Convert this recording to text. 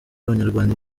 abanyarwanda